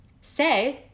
say